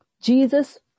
Jesus